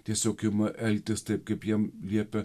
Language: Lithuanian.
tiesiog ima elgtis taip kaip jiem liepia